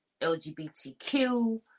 LGBTQ